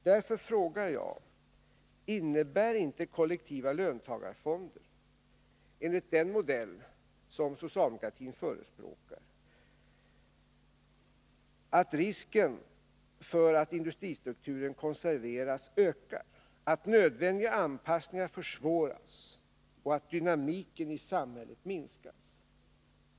Därför frågar jag: Innebär inte kollektiva löntagarfonder enligt socialdemokratisk modell att risken för att industristrukturen konserveras ökar, att nödvändiga anpassningar försvåras och att dynamiken i samhället minskas?